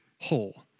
whole